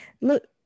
Look